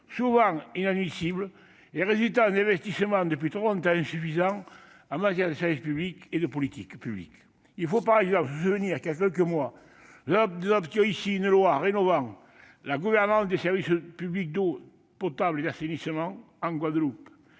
souvent inadmissibles et résultant d'investissements depuis trop longtemps insuffisants en matière de services et de politiques publics. Il faut notamment se souvenir que, voilà quelques mois, nous adoptions ici une loi rénovant la gouvernance des services publics d'eau potable et d'assainissement en Guadeloupe.